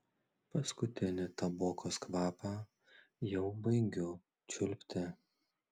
paskutinį tabokos kvapą jau baigiu čiulpti